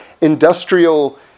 industrial